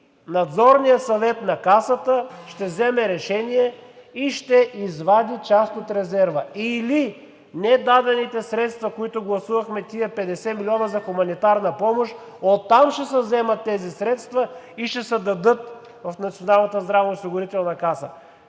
Надзорният съвет на Касата ще вземе решение и ще извади част от резерва; или недадените средства, които гласувахме, тези 50 милиона за хуманитарна помощ – оттам ще се вземат тези средства и ще се дадат в